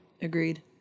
Agreed